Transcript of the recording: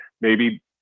Maybe-